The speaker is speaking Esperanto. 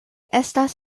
estas